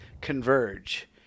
converge